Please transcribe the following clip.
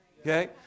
okay